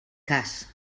cas